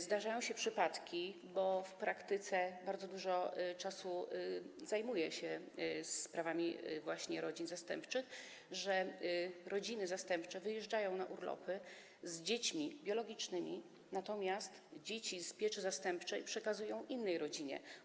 Zdarzają się przypadki - w praktyce bardzo dużo czasu zajmuję się sprawami właśnie rodzin zastępczych - że rodziny zastępcze wyjeżdżają na urlopy z dziećmi biologicznymi, natomiast dzieci podlegające ich opiece w ramach pieczy zastępczej przekazują innej rodzinie.